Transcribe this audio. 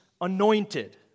anointed